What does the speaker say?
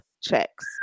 checks